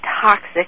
toxic